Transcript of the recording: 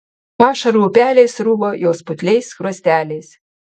ašarų upeliai sruvo jos putliais skruosteliais